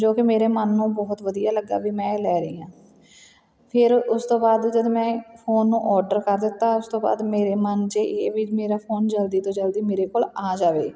ਜੋ ਕਿ ਮੇਰੇ ਮਨ ਨੂੰ ਬਹੁਤ ਵਧੀਆ ਲੱਗਾ ਵੀ ਮੈਂ ਇਹ ਲੈ ਰਹੀ ਹਾਂ ਫਿਰ ਉਸ ਤੋਂ ਬਾਅਦ ਜਦੋਂ ਮੈਂ ਫੋਨ ਨੂੰ ਔਡਰ ਕਰ ਦਿੱਤਾ ਉਸ ਤੋਂ ਬਾਅਦ ਮੇਰੇ ਮਨ 'ਚ ਇਹ ਵੀ ਮੇਰਾ ਫੋਨ ਜਲਦੀ ਤੋਂ ਜਲਦੀ ਮੇਰੇ ਕੋਲ ਆ ਜਾਵੇ